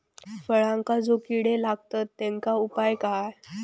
फळांका जो किडे लागतत तेनका उपाय काय?